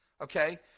okay